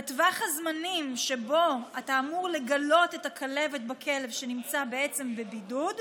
בטווח הזמנים שבו אתה אמור לגלות את הכלבת בכלב שנמצא בעצם בבידוד,